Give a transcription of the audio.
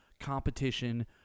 competition